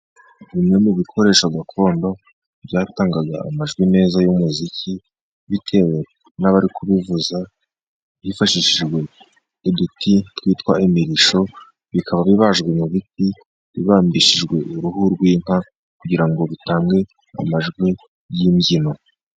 Bimwe mu bikoresho gakondo byatangaga amajwi meza y’umuziki bitewe n’abari kubivuza, hifashishijwe uduti twitwa imirishyo. Bikaba bibajwe mu biti, bibambishijwe uruhu rw’inka kugira ngo bitange amajwi y’imbyino.